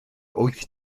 wyth